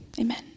Amen